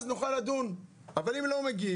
אז נוכל לדון, אבל אם הן לא מגיעות